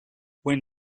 when